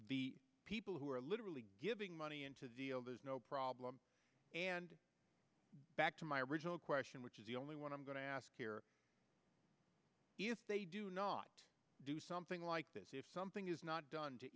the people who are literally giving money into the deal there's no problem and back to my original question which is the only one i'm going to ask here if they do not do something like this if something is not done to